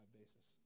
basis